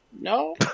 No